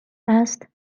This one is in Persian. است